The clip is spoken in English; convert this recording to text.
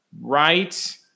Right